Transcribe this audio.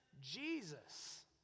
Jesus